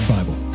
Bible